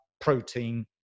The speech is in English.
protein